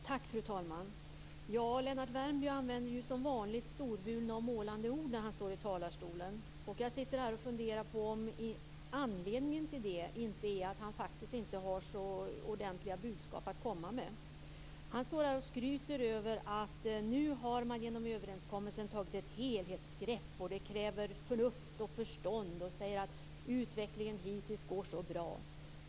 Fru talman! Lennart Värmby använder som vanligt storvulna och målande ord i talarstolen. Jag sitter och funderar på om inte anledningen till detta är att han faktiskt inte har så ordentliga budskap att komma med. Han står här och skryter med att man genom överenskommelsen har tagit ett helhetsgrepp och att det kräver förnuft och förstånd. Han säger att utvecklingen hittills går så bra.